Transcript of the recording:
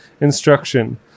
instruction